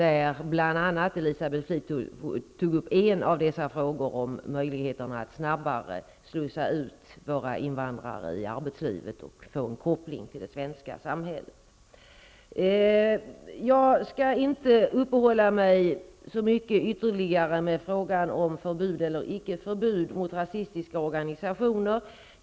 Elisabeth Fleetwood tog upp en av dessa frågor, nämligen den om möjligheterna att snabbare slussa ut våra invandrare i arbetslivet så att de får en anknytning till det svenska samhället. Jag skall inte uppehålla mig så mycket ytterligare vid frågan om förbud eller icke förbud mot rasistiska organisationer.